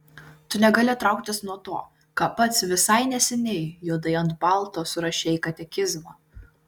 tu negali trauktis nuo to ką pats visai neseniai juodai ant balto surašei į katekizmą